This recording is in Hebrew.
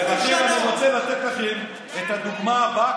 ולכן אני רוצה לתת לכם את הדוגמה הבאה,